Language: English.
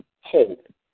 hope